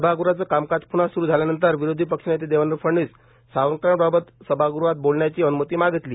सभाग़हाचं कामकाज पृन्हा सुरू झाल्यानंतर विरोधी पक्षनेते देवेंद्र फडणवीस सावरकरांबाबत सभागृहात बोलण्याची अनुमती मागितली